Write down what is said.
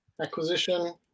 acquisition